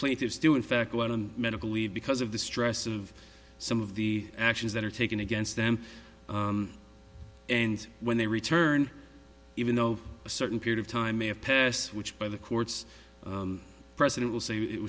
plaintiffs do in fact go out on medical leave because of the stress of some of the actions that are taken against them and when they return even though a certain period of time may have passed which by the courts president will say it